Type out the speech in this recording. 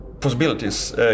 possibilities